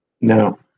No